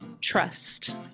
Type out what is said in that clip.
trust